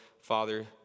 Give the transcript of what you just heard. Father